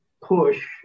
push